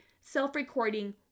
Self-recording